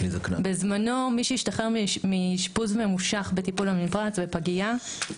מי שהשתחרר בזמנו מאשפוז ממושך בטיפול נמרץ ובפגיה,